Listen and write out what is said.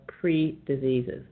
Pre-Diseases